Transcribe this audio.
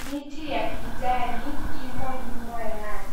Miti ya kijani imo nyuma yao.